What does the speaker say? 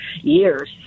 years